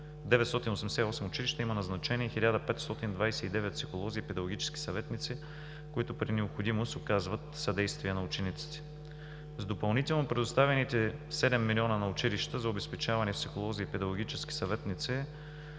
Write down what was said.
988 училища има назначени 1529 психолози и педагогически съветници, които при необходимост оказват съдействие на учениците. За допълнително предоставените 7 милиона на училищата за обезпечаване психолози и педагогически съветници